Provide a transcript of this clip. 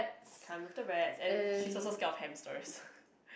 can't with the rats and she's also scared of hamsters